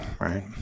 Right